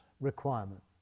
requirement